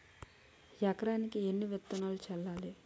ఎకరానికి ఎన్ని విత్తనాలు చల్లాలి?